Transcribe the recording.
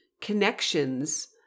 connections